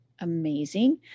amazing